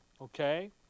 okay